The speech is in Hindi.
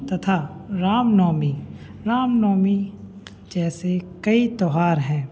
तथा रामनवमी रामनवमी जैसे कई त्यौहार हैं